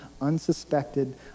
unsuspected